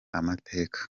amateka